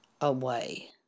away